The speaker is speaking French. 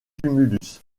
tumulus